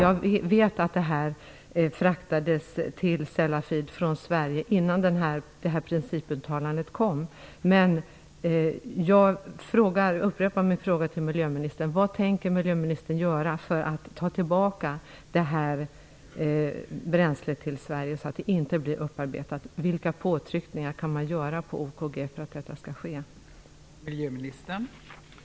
Jag känner till att ifrågavarande kärnbränsle fraktades från Sverige till Sellafield innan detta principuttalande gjordes. Jag upprepar därför min fråga till miljöministern: Vad tänker miljöministern göra för att ta tillbaka kärnbränslet till Sverige, så att det inte blir upparbetat? Vilka påtryckningar kan göras på OKG AB för att bränslet inte skall upparbetas?